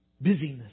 Busyness